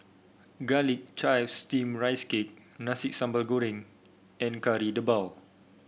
Garlic Chives Steamed Rice Cake Nasi Sambal Goreng and Kari Debal